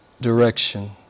direction